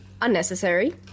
unnecessary